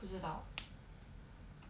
不知道